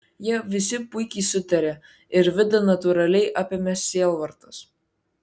jie visi puikiai sutarė ir vidą natūraliai apėmė sielvartas